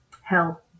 Hell